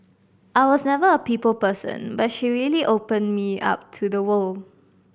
I was never a people person but she really open me up to the world